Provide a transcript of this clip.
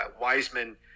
Wiseman –